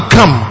Come